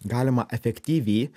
galima efektyviai